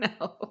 No